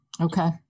Okay